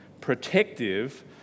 protective